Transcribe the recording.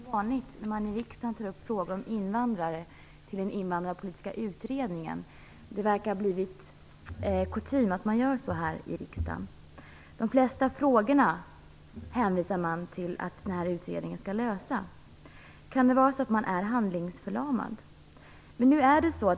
Herr talman! När man i riksdagen tar upp frågor om invandrare hänvisas man som vanligt till den invandrarpolitiska utredningen. Det verkar ha blivit kutym att man gör på det här sättet. Man hänvisar till att den här utredningen skall lösa de flesta frågorna. Kan det vara så att man är handlingsförlamad?